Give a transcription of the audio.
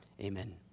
Amen